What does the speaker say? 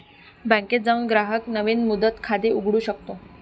बँकेत जाऊन ग्राहक नवीन मुदत खाते उघडू शकतो